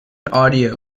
audio